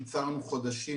קיצרנו חודשים.